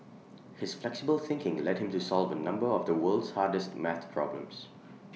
his flexible thinking led him to solve A number of the world's hardest math problems